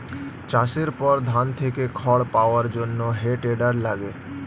চাষের পর ধান থেকে খড় পাওয়ার জন্যে হে টেডার লাগে